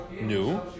new